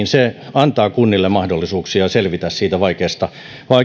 antaa kunnille mahdollisuuksia selvitä siitä vaikeasta